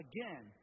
Again